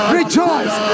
rejoice